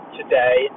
today